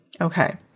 Okay